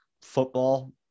football